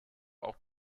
auch